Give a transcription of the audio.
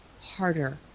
harder